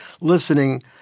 listening